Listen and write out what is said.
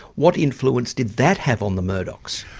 what influence did that have on the murdochs?